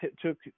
took